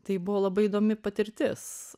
tai buvo labai įdomi patirtis